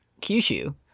Kyushu